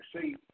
See